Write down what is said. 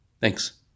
Thanks